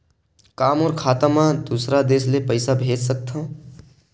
का मोर खाता म दूसरा देश ले पईसा भेज सकथव?